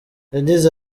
yagize